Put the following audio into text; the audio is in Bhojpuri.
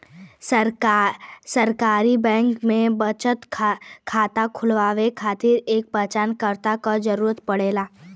सरकारी बैंक में बचत खाता खुलवाये खातिर एक पहचानकर्ता क जरुरत पड़ला